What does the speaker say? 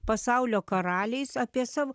pasaulio karaliais apie savo